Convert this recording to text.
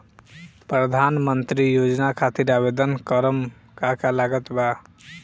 प्रधानमंत्री योजना खातिर आवेदन करम का का लागत बा?